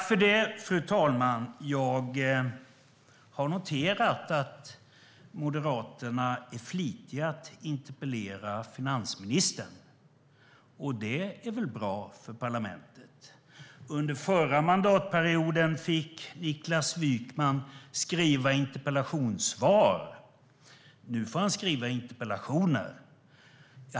Fru talman! Jag har noterat att Moderaterna är flitiga med att interpellera finansministern. Det är väl bra för parlamentet. Under förra mandatperioden fick Niklas Wykman skriva interpellationssvar. Nu får han skriva interpellationer.